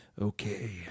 Okay